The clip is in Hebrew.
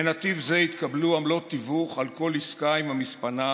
בנתיב זה התקבלו עמלות תיווך על כל עסקה עם המספנה